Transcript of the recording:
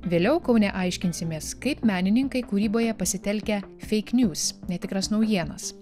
vėliau kaune aiškinsimės kaip menininkai kūryboje pasitelkia feik niūs netikras naujienas